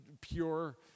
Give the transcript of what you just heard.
pure